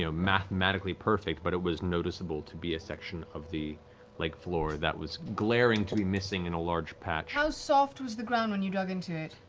you know mathematically perfect, but it was noticeable to be a section of the lake floor that was glaring to be missing in a large patch. laura how soft was the ground when you dug into it?